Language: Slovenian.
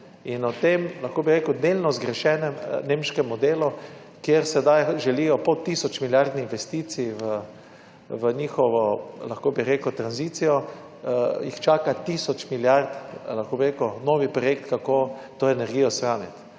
in o tem, lahko bi rekel, delno zgrešenem nemškem modelu, kjer sedaj želijo po tisoč milijard investicij v njihovo, lahko bi rekel, tranzicijo, jih čaka tisoč milijard lahko bi rekel novi projekt kako to energijo shraniti.